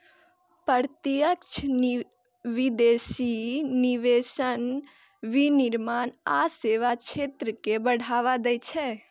प्रत्यक्ष विदेशी निवेश विनिर्माण आ सेवा क्षेत्र कें बढ़ावा दै छै